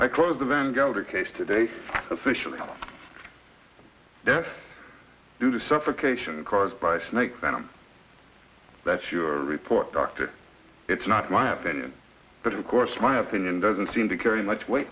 i close the van gelder case today officially deaths due to suffocation caused by snake venom that's your report doctor it's not my opinion but of course my opinion doesn't seem to carry much weight